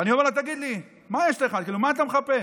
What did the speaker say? ואני אומר לו: תגיד לי, מה יש לך, מה אתה מחפש?